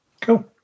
Cool